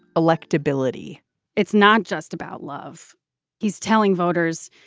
electability it's not just about love he's telling voters,